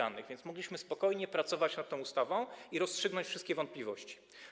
A więc mogliśmy spokojnie pracować nad tą ustawą i rozstrzygnąć wszystkie wątpliwości.